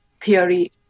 theory